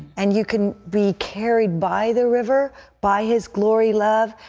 and you can be carried by the river, by his glory love,